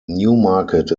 newmarket